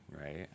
Right